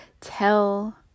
tell